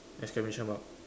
exclamation mark